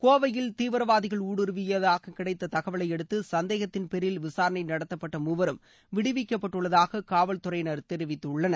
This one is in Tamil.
கோவையில் தீவிரவாதிகள் ஊடுருவியதாக கிடைத்த தகவலையடுத்து சந்தேகத்தின்போில விசாரணை நடத்தப்பட்ட மூவரும் விடுவிக்கப்பட்டுள்ளதாக காவல்துறையினர் தெரிவித்துள்ளனர்